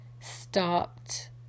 stopped